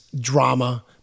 drama